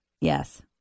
Yes